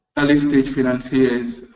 early stage financiers,